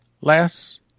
less